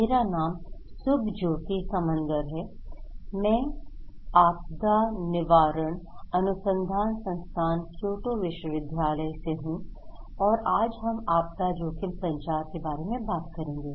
मेरा नाम सुभज्योति समंदर है मैं आपदा निवारण अनुसंधान संस्थान क्योटो विश्वविद्यालय से हूं और आज हम आपदा जोखिम संचार के बारे में बात करेंगे